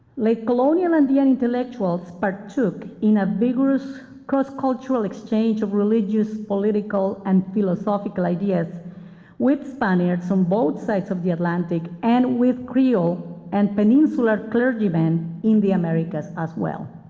late colonial andean intellectuals partook in a vigorous cross-cultural exchange of religious, political, and philosophical ideas with spaniards on both sides of the atlantic and with creole and peninsular clergymen in the americas as well.